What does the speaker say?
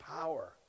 power